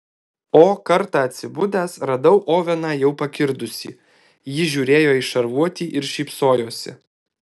o kartą atsibudęs radau oveną jau pakirdusį jis žiūrėjo į šarvuotį ir šypsojosi